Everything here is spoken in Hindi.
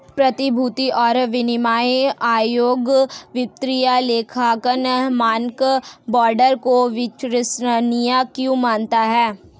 प्रतिभूति और विनिमय आयोग वित्तीय लेखांकन मानक बोर्ड को विश्वसनीय क्यों मानता है?